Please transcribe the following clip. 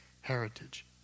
heritage